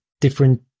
different